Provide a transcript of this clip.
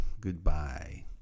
goodbye